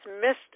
missed